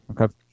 Okay